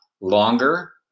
longer